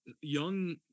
young